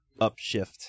upshift